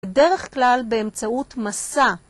בדרך כלל באמצעות מסע.